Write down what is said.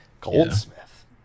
Goldsmith